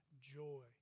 joy